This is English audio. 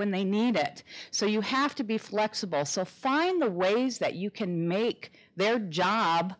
when they need it so you have to be flexible so find the ways that you can make their job